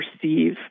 perceive